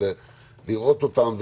לראות אותם,